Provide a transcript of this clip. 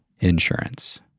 insurance